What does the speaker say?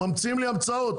ממציאים לי המצאות,